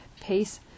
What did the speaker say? pace